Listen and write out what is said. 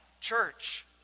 church